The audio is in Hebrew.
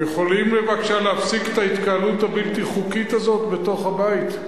אתם יכולים בבקשה להפסיק את ההתקהלות הבלתי-חוקית הזאת בתוך הבית?